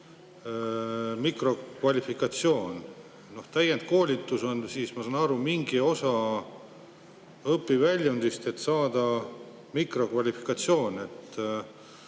mikrokvalifikatsioon. Täiendkoolitus on, ma saan aru, mingi osa õpiväljundist, et saada mikrokvalifikatsioon.